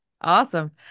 Awesome